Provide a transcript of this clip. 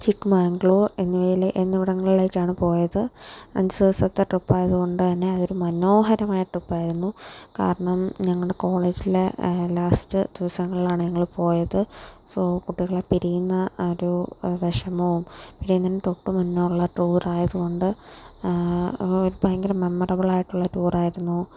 ചിക്ക് മാഗ്ലൂർ എന്നിവയിലെ എന്നിവിടങ്ങളിലേക്കാണ് പോയത് അഞ്ചു ദിവസത്തെ ട്രിപ്പ് ആയതുകൊണ്ട് തന്നെ അതൊരു മനോഹരമായ ട്രിപ്പ് ആയിരുന്നു കാരണം ഞങ്ങളുടെ കോളേജിലെ ലാസ്റ്റ് ദിവസങ്ങളിൽ ആണ് ഞങ്ങൾ പോയത് സൊ കുട്ടികളെ പിരിയുന്ന ആ ഒരു വിഷമവും പിരിയുന്നതിനു തൊട്ടു മുന്നേയുള്ള ടൂർ ആയതുകൊണ്ട് ഭയങ്കര മെമ്മറബിൾ ആയിട്ടുള്ള ഒരു ടൂർ ആയിരുന്നു